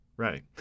Right